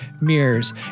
Mirrors